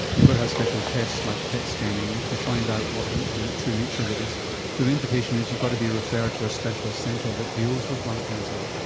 you've got to have special tests like pet scanning to find out what the the true nature of it is, so the implication is you've got to be referred to a specialist centre that deals with lung cancer.